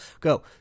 go